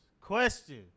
Question